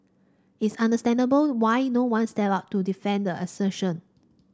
it's understandable why no one stepped up to defend the assertion